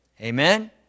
Amen